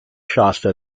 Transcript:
shasta